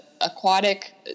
aquatic